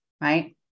right